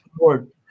Lord